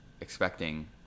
expecting